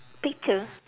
picture